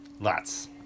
Lots